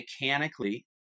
mechanically